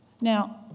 Now